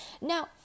Now